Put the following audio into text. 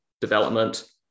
development